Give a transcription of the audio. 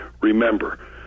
Remember